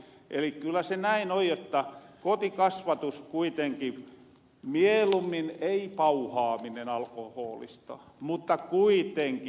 eli kyllä se näin on jotta kotikasvatus kuitenki mieluummin ei pauhaaminen alkohoolista mutta kuitenkin